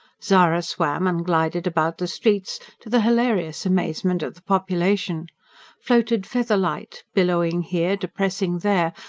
zara swam and glided about the streets, to the hilarious amazement of the population floated feather-light, billowing here, depressing there,